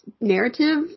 narrative